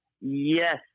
Yes